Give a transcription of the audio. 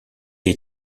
est